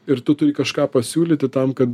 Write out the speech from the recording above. ir tu turi kažką pasiūlyti tam kad